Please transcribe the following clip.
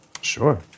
Sure